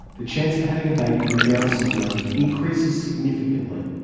the chance of having a baby with down syndrome increases significantly.